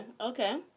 okay